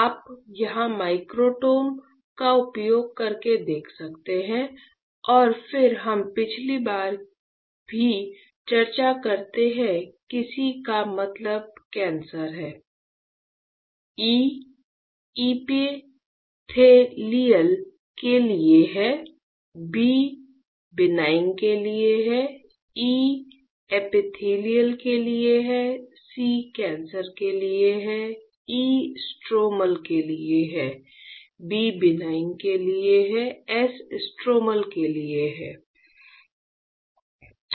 आप यहां माइक्रोटोम का उपयोग करके देख सकते हैं और फिर हम पिछली बार भी चर्चा करते हैं किसी का मतलब कैंसर है E एपिथेलियल के लिए है B बिनाइन के लिए है E एपिथेलियल के लिए है C कैंसर के लिए है S स्ट्रोमल के लिए है